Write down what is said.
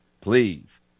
please